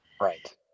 Right